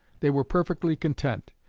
they were perfectly content.